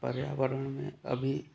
पर्यावरण में अभी